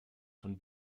von